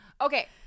Okay